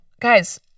guys